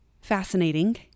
fascinating